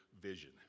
vision